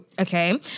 Okay